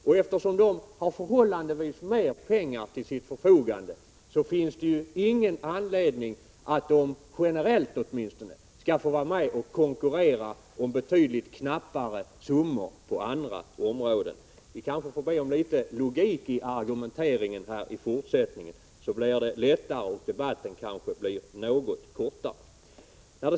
Och eftersom dessa organisationer har förhållandevis mer pengar till sitt förfogande finns det ingen anledning att de, generellt åtminstone, skall få vara med och konkurrera om betydligt knappare summor på andra områden. — Vi kanske får be om litet logik i argumenteringen i fortsättningen, så blir det lättare och debatten kanske blir något kortare.